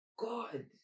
God